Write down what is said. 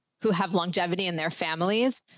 who have longevity in their families.